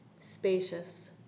spacious